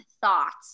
thoughts